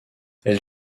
elle